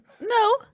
No